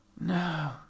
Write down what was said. No